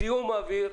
זיהום אוויר,